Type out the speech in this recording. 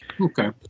Okay